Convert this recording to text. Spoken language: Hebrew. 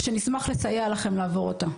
שנשמח לסייע לכם לעבור אותה.